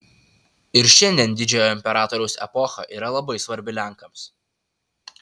ir šiandien didžiojo imperatoriaus epocha yra labai svarbi lenkams